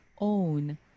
own